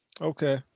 Okay